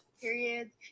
Periods